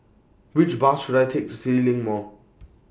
Which Bus should I Take to CityLink Mall